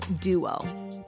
duo